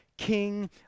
King